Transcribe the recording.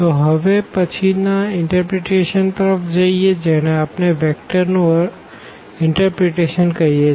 તો હવે પછી ના ઇનટરપ્રીટેશન તરફ જઈએ જેને આપણે વેક્ટર નું ઇનટરપ્રીટેશન કહીએ છે